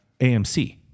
AMC